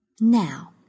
Now